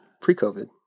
Pre-COVID